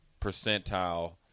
percentile